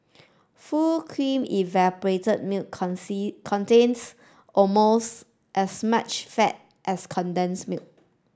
full cream evaporated milk contains almost as much fat as condensed milk